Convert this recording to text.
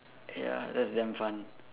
ya that's damn fun